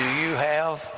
you have